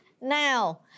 now